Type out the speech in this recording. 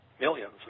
millions